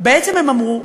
בעצם הם אמרו: